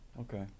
Okay